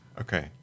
okay